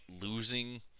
losing